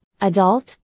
Adult